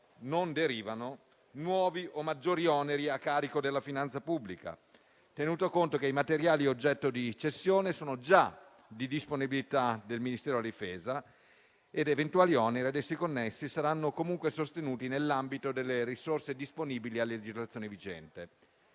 non derivano nuovi o maggiori oneri a carico della finanza pubblica, tenuto conto che i materiali oggetto di cessione sono già di disponibilità del Ministero alla difesa ed eventuali oneri ad essi connessi saranno comunque sostenuti nell'ambito delle risorse disponibili a legislazione vigente.